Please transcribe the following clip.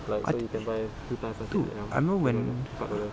I think eh two I remember when